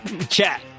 chat